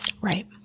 Right